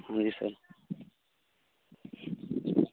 ਹਾਂਜੀ ਸਰ